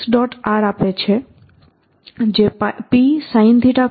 r આપે છે જે P sinθ cosϕ છે